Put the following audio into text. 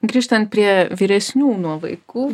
grįžtant prie vyresnių nuo vaikų